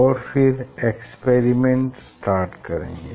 और फिर experiment start करेंगे